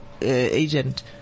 agent